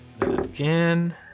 Again